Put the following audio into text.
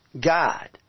God